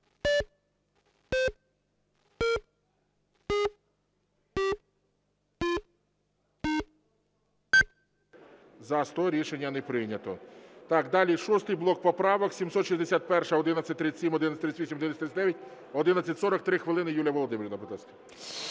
За-100 Рішення не прийнято. Далі шостий блок поправок: 761, 1137, 1138, 1139, 1140. Три хвилини, Юлія Володимирівна, будь ласка.